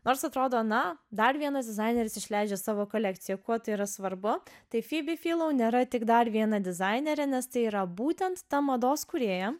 nors atrodo na dar vienas dizaineris išleidžia savo kolekciją kuo tai yra svarbu tai fibi filou nėra tik dar viena dizainerė nes tai yra būtent ta mados kūrėja